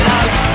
out